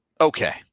Okay